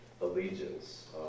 allegiance